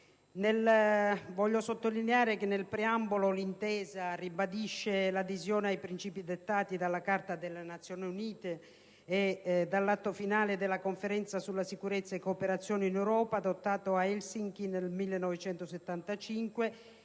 delle Camere. Nel preambolo, l'intesa ribadisce l'adesione ai princìpi dettati dalla Carta delle Nazioni Unite e dall'Atto finale della Conferenza sulla sicurezza e cooperazione in Europa, adottato a Helsinki nel 1975,